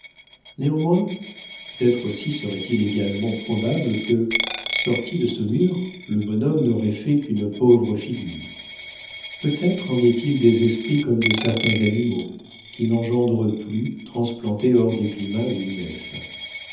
néanmoins peut-être aussi serait-il également probable que sorti de saumur le bonhomme n'aurait fait qu'une pauvre figure peut-être en est-il des esprits comme de certains animaux qui n'engendrent plus transplantés hors des climats où ils naissent